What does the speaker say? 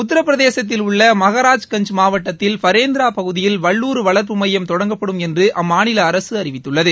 உத்திரபிரதேசத்தில் உள்ள மகராஜ் கஞ்ச் மாவட்டத்தில் ஃபரேந்திரா பகுதியில் வல்லூறு வள்பபு மையம் தொடங்கப்படும் என்று அம்மாநில அரசு அறிவித்துள்ளது